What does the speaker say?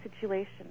situation